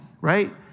right